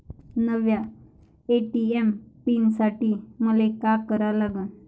नव्या ATM PIN साठी मले का करा लागन?